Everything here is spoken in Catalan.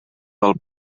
del